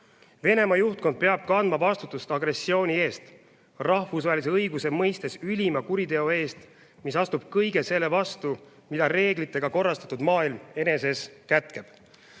Venemaa juhtkond peab kandma vastutust agressiooni eest, rahvusvahelise õiguse mõistes ülima kuriteo eest, mis astub kõige selle vastu, mida reeglitega korrastatud maailm eneses kätkeb.